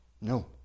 no